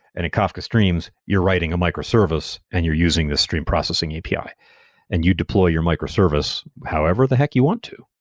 and a kafka streams, you're writing a microservice and you're using the stream processing api, and you deploy your microservice however the heck you want to.